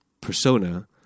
persona